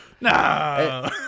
No